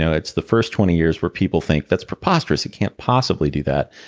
it's the first twenty years where people think, that's preposterous! it can't possibly do that.